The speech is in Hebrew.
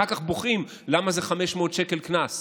אחר כך בוכים למה זה 500 שקל קנס,